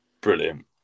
Brilliant